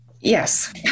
Yes